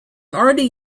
already